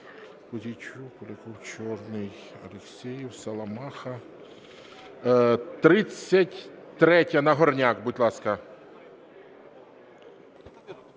33-я, Нагорняк. Будь ласка.